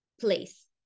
place